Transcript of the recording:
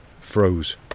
froze